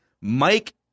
Mike